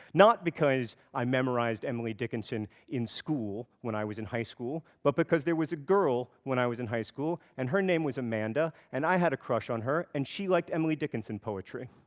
not because i memorized emily dickinson in school, when i was in high school, but because there was a girl, when i was in high school, and her name was amanda, and i had a crush on her, and she liked emily dickinson poetry.